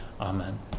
Amen